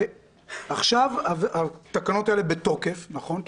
ועכשיו התקנות האלה בתוקף, נכון?